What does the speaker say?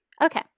Okay